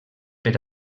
per